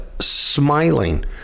smiling